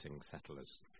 settlers